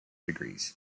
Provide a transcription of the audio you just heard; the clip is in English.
degrees